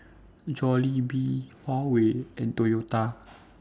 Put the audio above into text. Jollibee Huawei and Toyota